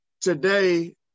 today